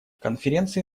конференции